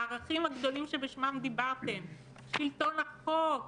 הערכים הגדולים שבשמם דיברתם: שלטון החוק,